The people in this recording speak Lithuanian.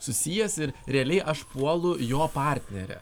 susijęs ir realiai aš puolu jo partnerę